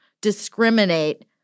discriminate